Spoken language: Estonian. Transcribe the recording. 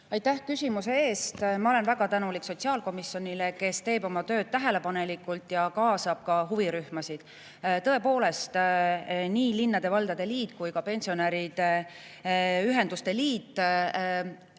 Aitäh küsimuse eest! Ma olen väga tänulik sotsiaalkomisjonile, kes teeb oma tööd tähelepanelikult ja kaasab ka huvirühmasid. Tõepoolest, nii linnade ja valdade liit kui ka pensionäride ühenduste liit